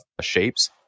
shapes